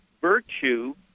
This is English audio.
virtue